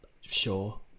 sure